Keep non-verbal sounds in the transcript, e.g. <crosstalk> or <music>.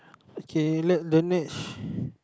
okay let the next <breath>